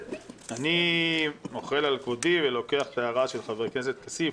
אני מוחל על כבודי ולוקח את ההערה של חבר הכנסת כסיף.